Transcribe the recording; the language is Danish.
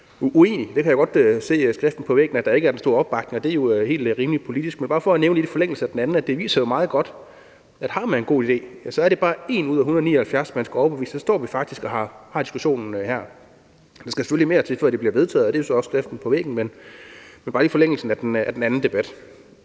uenig. Jeg kan godt se skriften på væggen, i forhold til at der ikke er den store opbakning, og det er jo helt rimeligt politisk set. Men jeg vil gerne nævne i forlængelse af det andet, at det jo meget godt viser, at bare man har en god idé, er det bare en ud af 179, man skal overbevise: Så står vi faktisk står og har diskussionen her. Der skal selvfølgelig mere til, før det bliver vedtaget, og det er jo så også skriften på væggen, men jeg siger det bare i forlængelse af den anden debat.